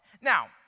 Now